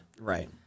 right